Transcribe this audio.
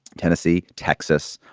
tennessee, texas,